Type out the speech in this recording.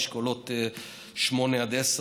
אשכולות 8 10,